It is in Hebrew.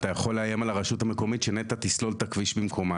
אתה יכול לאיים על הרשות המקומית שנת"ע תסלול את הכביש במקומה.